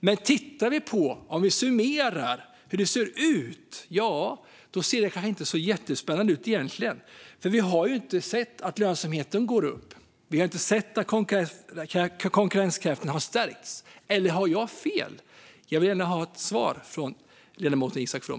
Men om vi summerar hur det ser ut ser det kanske egentligen inte så jättespännande ut, för vi har ju inte sett att lönsamheten har gått upp eller att konkurrenskraften har stärkts. Eller har jag fel? Jag vill gärna ha ett svar från ledamoten Isak From.